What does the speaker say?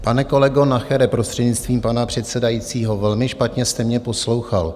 Pane kolego Nachere, prostřednictvím pana předsedajícího, velmi špatně jste mě poslouchal.